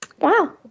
Wow